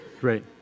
great